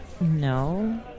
No